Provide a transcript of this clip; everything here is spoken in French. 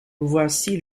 voici